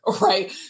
right